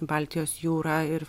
baltijos jūra ir